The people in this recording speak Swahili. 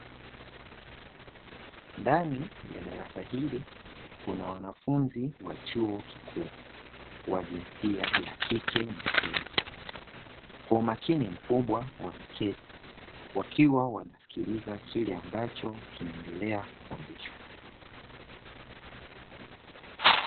Ndani ya darasa hili kuna wanafunzi wa chuo kikuu wa jinsia ya kike na kiume, kwa umakini mkubwa wameketi wakiwa wanasikiliza kile ambacho kinaendelea kufundishwa.